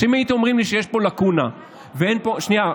אם הייתם אומרים לי שיש פה לקונה ואין פה שנייה,